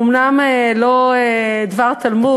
אומנם לא דבר-תלמוד,